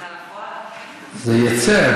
זה יצא,